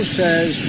says